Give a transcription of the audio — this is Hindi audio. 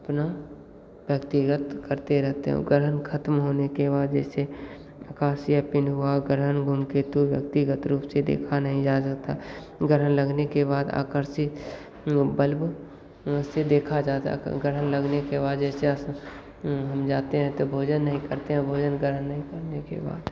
पुनः व्यक्तिगत करते रहते हैं ग्रहण ख़त्म होने के वजह से आकाशीय पिंड हुआ ग्रहण धूमकेतु व्यक्तिगत रूप से देखा नहीं जा सकता ग्रहण लगने के बाद आकर्षित बल्ब से देखा जाता ग्रहण लगने के बाद जैसे अस हम जाते हैं तो भोजन नहीं करते हैं भोजन ग्रहण नहीं करने के बाद